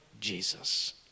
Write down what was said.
Jesus